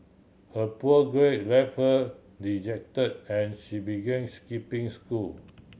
her poor grade left her deject and she begin is skipping school